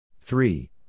Three